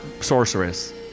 sorceress